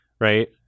right